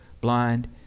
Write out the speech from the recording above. blind